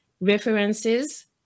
references